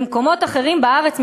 במקומות אחרים בארץ,